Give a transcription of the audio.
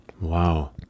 Wow